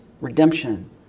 redemption